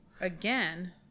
Again